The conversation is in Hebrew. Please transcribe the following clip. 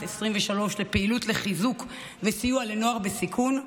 2023 לפעילות לחיזוק וסיוע לנוער בסיכון,